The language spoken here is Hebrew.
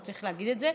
וצריך להגיד את זה,